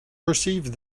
perceived